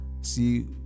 See